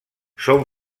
són